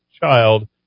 child